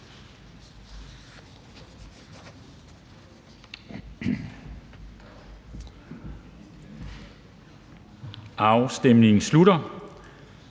Afstemningen slutter.